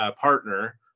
partner